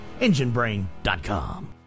enginebrain.com